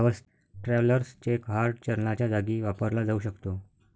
travellers cheque hard चलनाच्या जागी वापरला जाऊ शकतो